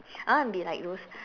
I wanna be like those